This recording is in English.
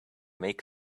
make